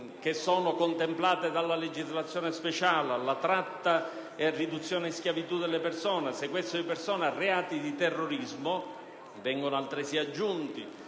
contemplate dalla legislazione speciale, alla tratta e riduzione in schiavitù delle persone, al sequestro di persone e a reati di terrorismo. Vengono altresì aggiunti